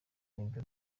nibyo